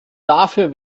dafür